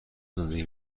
زندگی